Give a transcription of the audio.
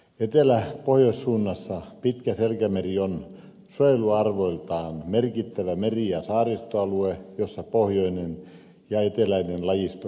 etelä pohjoissuunnassa pitkä selkämeri on suojeluarvoiltaan merkittävä meri ja saaristoalue jossa pohjoinen ja eteläinen lajisto kohtaavat